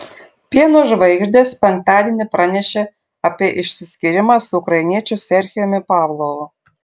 pieno žvaigždės penktadienį pranešė apie išsiskyrimą su ukrainiečiu serhijumi pavlovu